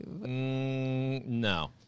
No